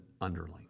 underling